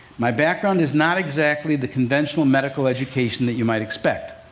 my background is not exactly the conventional medical education that you might expect.